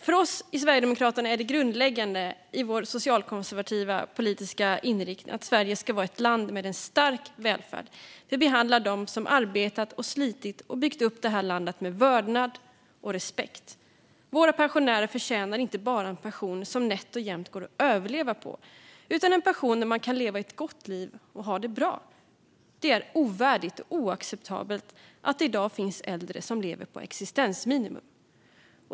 För oss i Sverigedemokraterna är det grundläggande i vår socialkonservativa politiska inriktning att Sverige ska vara ett land med en stark välfärd där vi behandlar dem som arbetat, slitit och byggt upp det här landet med vördnad och respekt. Sveriges pensionärer förtjänar inte bara en pension som nätt och jämnt går att överleva på utan en pension som gör att de kan leva ett gott liv och ha det bra. Det är ovärdigt och oacceptabelt att det i dag finns äldre som lever på existensminimum.